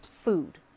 food